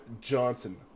Johnson